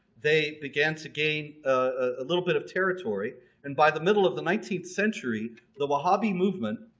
they began to gain a little bit of territory and by the middle of the nineteenth century the wahhabi movement,